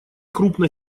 крупно